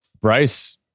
Bryce